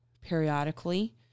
periodically